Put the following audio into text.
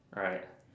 right